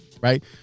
right